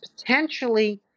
potentially